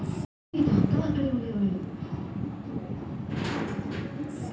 Marketing లో మంచి లాభాల్ని ఎట్లా పొందాలి?